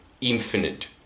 infinite